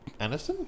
Aniston